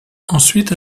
ensuite